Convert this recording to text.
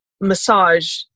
massage